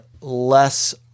less